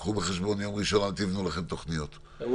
קחו בחשבון לא בנות לכם תוכניות ביום ראשון.